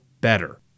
better